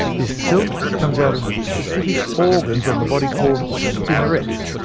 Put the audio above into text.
this silk comes out of specific organs on the body called spinnerets.